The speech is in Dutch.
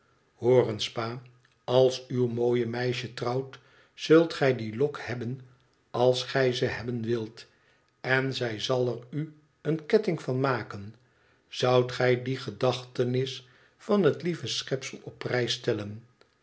eens pa als uw mooie meisje trouwt zult gij die lok hebben als gij ze hebben wilt en zij zal er u een ketting van maken zoudt gij die gedachtenis van het lieve schepsel op prijs stellen